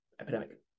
epidemic